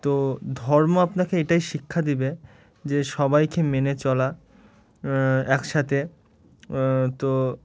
তো ধর্ম আপনাকে এটাই শিক্ষা দেবে যে সবাইকে মেনে চলা একসাথে তো